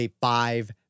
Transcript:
five